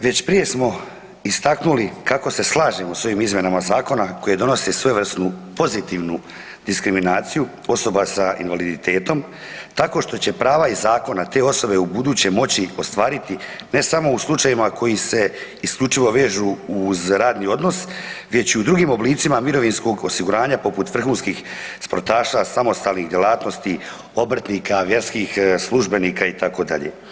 Već prije smo istaknuli kako se slažemo s ovim izmjenama zakona koji donosi svojevrsnu pozitivnu diskriminaciju osoba s invaliditetom tako što će prava iz zakona te osobe ubuduće moći ostvariti ne samo u slučajevima koji se isključivo vezu uz radni odnos već i u drugim oblicima mirovinskog osiguranja poput vrhunskih sportaša, samostalnih djelatnosti, obrtnika, vjerskih službenika itd.